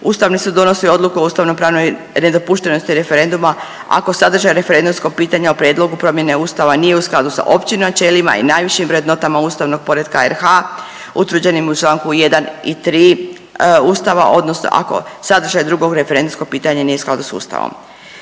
Ustavni sud donosi odluku o ustavno-pravnoj nedopuštenosti referenduma ako sadržaj referendumskog pitanja o prijedlogu promjene Ustava nije u skladu sa općim načelima i najvišim vrednotama ustavnog poretka RH utvrđenim u članku 1. i 3. Ustava, odnosno ako sadržaj drugog referendumskog pitanja nije u skladu sa Ustavom.